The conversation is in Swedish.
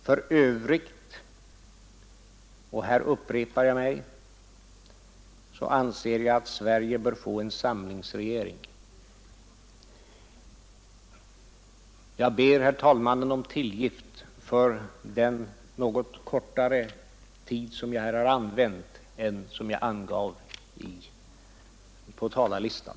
För övrigt — och här upprepar jag mig — anser jag att Sverige bör få en samlingsregering. Jag ber herr talmannen om tillgift för att jag nu har använt något kortare tid än jag angav på talarlistan.